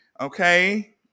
okay